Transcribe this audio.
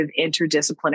interdisciplinary